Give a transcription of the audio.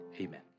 amen